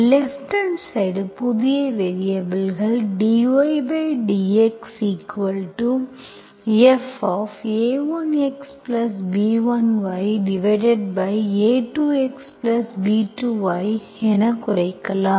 left hand side புதிய வேரியபல்கள் dydxfa1Xb1Ya2Xb2Y எனக் குறைக்கலாம்